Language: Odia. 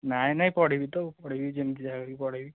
ନାଇଁ ନାଇଁ ପଢ଼ିବି ତ ଆଉ ପଢ଼ିବି ଯେମିତି ଯାହା କରିକି ପଢ଼ିବି